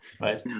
right